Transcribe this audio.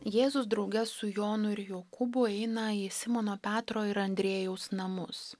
jėzus drauge su jonu ir jokūbu eina į simono petro ir andriejaus namus